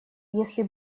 если